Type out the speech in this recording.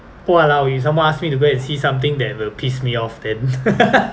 !walao! you some more ask me to go and see something that will piss me off then